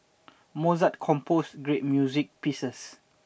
Mozart composed great music pieces